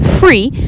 free